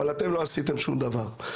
אבל אתם לא עשיתם שום דבר.